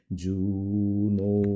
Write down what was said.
juno